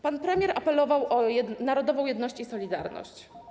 Pan premier apelował o narodową jedność i solidarność.